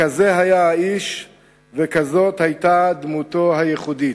כזה היה האיש וכזאת היתה דמותו הייחודית.